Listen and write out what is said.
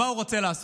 מה הוא רוצה לעשות?